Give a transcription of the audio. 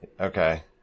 Okay